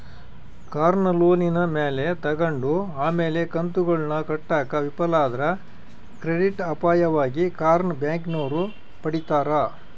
ಕಾರ್ನ ಲೋನಿನ ಮ್ಯಾಲೆ ತಗಂಡು ಆಮೇಲೆ ಕಂತುಗುಳ್ನ ಕಟ್ಟಾಕ ವಿಫಲ ಆದ್ರ ಕ್ರೆಡಿಟ್ ಅಪಾಯವಾಗಿ ಕಾರ್ನ ಬ್ಯಾಂಕಿನೋರು ಪಡೀತಾರ